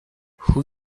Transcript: who